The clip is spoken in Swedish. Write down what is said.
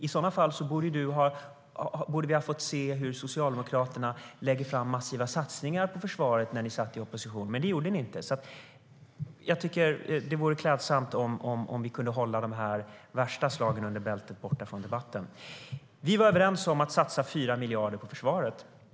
I sådana fall borde vi ha fått se Socialdemokraterna lägga fram massiva satsningar på försvaret när ni satt i opposition, Peter Hultqvist, men det gjorde ni inte. Jag tycker att vore klädsamt om vi kunde hålla de värsta slagen under bältet borta från debatten. Vi var överens om att satsa 4 miljarder på försvaret.